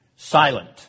Silent